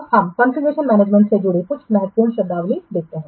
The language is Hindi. अब हम कॉन्फ़िगरेशन मैनेजमेंटसे जुड़े कुछ महत्वपूर्ण शब्दावली देखते हैं